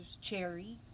cherry